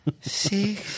See